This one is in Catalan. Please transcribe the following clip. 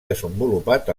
desenvolupat